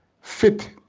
fit